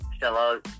Hello